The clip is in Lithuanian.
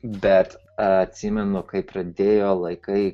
bet atsimenu kaip pradėjo laikai